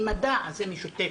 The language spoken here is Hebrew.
כי מדע זה משותפת.